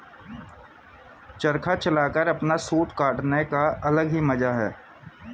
चरखा चलाकर अपना सूत काटने का अलग ही मजा है